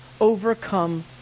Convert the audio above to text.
overcome